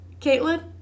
Caitlin